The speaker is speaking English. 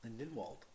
Lindenwald